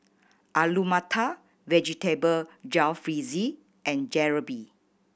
Alu Matar Vegetable Jalfrezi and Jalebi